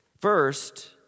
First